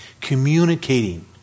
Communicating